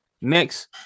Next